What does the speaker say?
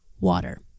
water